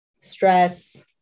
stress